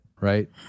right